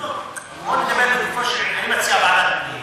בוא נדבר לגופו של עניין.